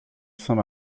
saint